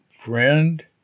friend